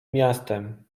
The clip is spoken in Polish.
miastem